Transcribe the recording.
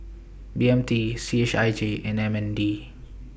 B M T C H I J and M N D